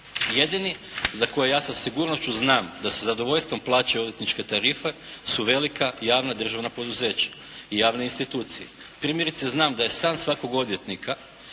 Jedini za koje ja sa sigurnošću znam da sa zadovoljstvom plaća odvjetnička tarifa su velika javna državna poduzeća i javne institucije. Primjerice, znam da je san svakog odvjetnika